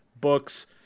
books